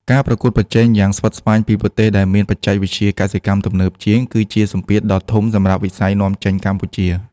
ការប្រកួតប្រជែងយ៉ាងស្វិតស្វាញពីប្រទេសដែលមានបច្ចេកវិទ្យាកសិកម្មទំនើបជាង គឺជាសម្ពាធដ៏ធំសម្រាប់វិស័យនាំចេញកម្ពុជា។